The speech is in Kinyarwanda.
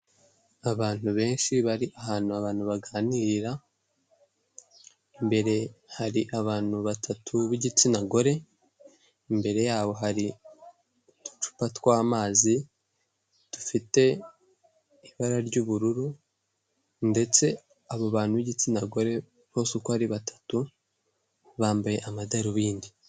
Abantu benshi bari ahantu abantu baganira, imbere hari abantu batatu b'igitsina gore, imbere yabo hari uducupa tw'amazi dufite ibara ry'ubururu, ndetse abo bantu b'igitsina gore bose uko ari batatu bambaye amadarubindi.